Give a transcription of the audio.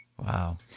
Wow